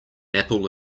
apple